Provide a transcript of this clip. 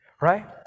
Right